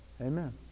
Amen